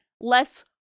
less